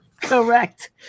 correct